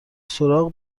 سراغ